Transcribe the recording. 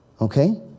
Okay